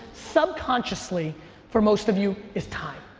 subconsciously for most of you, is time.